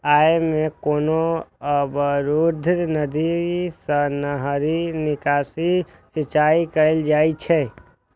अय मे कोनो अवरुद्ध नदी सं नहरि निकालि सिंचाइ कैल जाइ छै